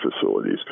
facilities